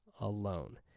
alone